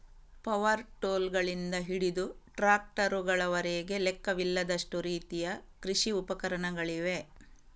power ಟೂಲ್ಗಳಿಂದ ಹಿಡಿದು ಟ್ರಾಕ್ಟರುಗಳವರೆಗೆ ಲೆಕ್ಕವಿಲ್ಲದಷ್ಟು ರೀತಿಯ ಕೃಷಿ ಉಪಕರಣಗಳಿವೆ